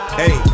hey